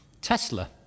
Tesla